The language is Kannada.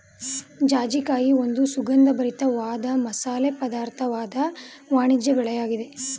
ಜಾಜಿಕಾಯಿ ಒಂದು ಸುಗಂಧಭರಿತ ವಾದ ಮಸಾಲೆ ಪದಾರ್ಥವಾದ ವಾಣಿಜ್ಯ ಬೆಳೆಯಾಗಿದೆ